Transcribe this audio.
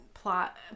plot